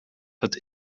het